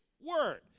word